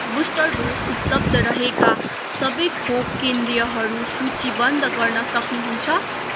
booster dose उपलब्ध रहेका सबै खोप केन्द्रहरू सूचीबद्ध गर्न सक्नु हुन्छ